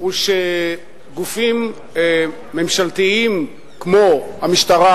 הוא שגופים ממשלתיים, כמו המשטרה,